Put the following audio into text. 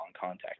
contact